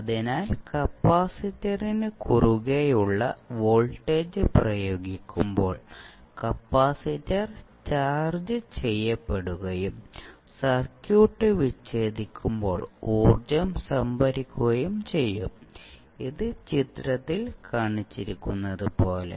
അതിനാൽ കപ്പാസിറ്ററിന് കുറുകെയുള്ള വോൾട്ടേജ് പ്രയോഗിക്കുമ്പോൾ കപ്പാസിറ്റർ ചാർജ് ചെയ്യപ്പെടുകയും സർക്യൂട്ട് വിച്ഛേദിക്കുമ്പോൾ ഊർജ്ജം സംഭരിക്കുകയും ചെയ്യും ഇത് ചിത്രത്തിൽ കാണിച്ചിരിക്കുന്നതുപോലെ